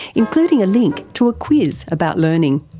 including a link to a quiz about learning.